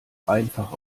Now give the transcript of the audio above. einfach